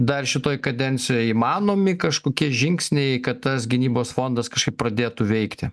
dar šitoj kadencijoje įmanomi kažkokie žingsniai kad tas gynybos fondas kažkaip pradėtų veikti